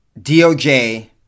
DOJ